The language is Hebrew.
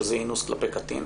שזה אינוס כלפי קטין,